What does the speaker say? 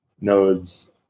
nodes